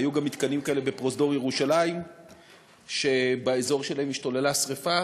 היו גם מתקנים כאלה בפרוזדור ירושלים שבאזור שלהם השתוללה שרפה.